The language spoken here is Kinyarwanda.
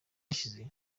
yashize